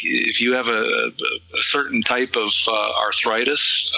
if you have a certain type of arthritis,